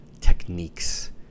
techniques